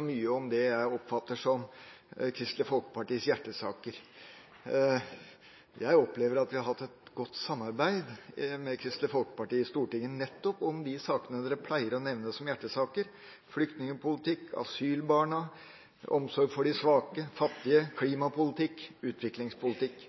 mye om det jeg oppfatter som Kristelig Folkepartis hjertesaker. Jeg opplever at vi har hatt et godt samarbeid med Kristelig Folkeparti i Stortinget nettopp om de sakene partiet nevner som hjertesaker: flyktningpolitikk, asylbarna, omsorg for de svake, fattige, klimapolitikk og utviklingspolitikk.